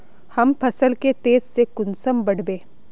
हम फसल के तेज से कुंसम बढ़बे?